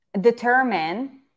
determine